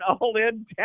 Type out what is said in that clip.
all-in